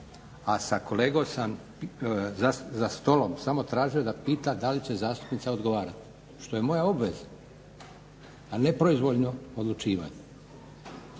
A sa kolegom sam za stolom samo tražio da pita da li će zastupnica odgovarati što je moja obveza, a ne moje proizvoljno odlučivanje.